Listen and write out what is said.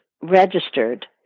registered